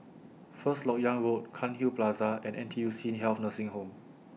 First Lok Yang Road Cairnhill Plaza and N T U C Health Nursing Home